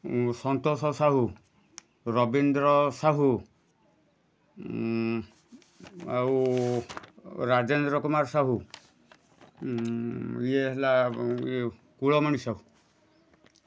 ସନ୍ତୋଷ ସାହୁ ରବୀନ୍ଦ୍ର ସାହୁ ଆଉ ରାଜେନ୍ଦ୍ର କୁମାର ସାହୁ ଇଏ ହେଲା କୁଳମଣି ସାହୁ